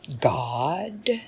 god